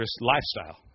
lifestyle